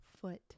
foot